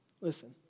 Listen